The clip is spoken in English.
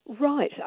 Right